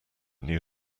knew